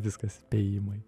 viskas spėjimai